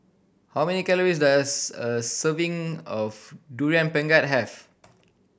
how many calories does a serving of Durian Pengat have